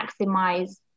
maximize